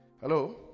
Hello